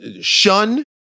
shun